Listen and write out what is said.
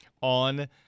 on